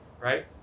right